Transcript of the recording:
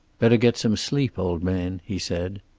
better get some sleep, old man, he said.